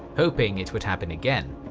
hoping it would happen again.